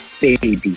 baby